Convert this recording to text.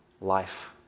life